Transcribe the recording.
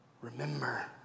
remember